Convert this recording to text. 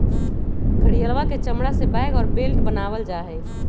घड़ियलवा के चमड़ा से बैग और बेल्ट बनावल जाहई